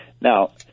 now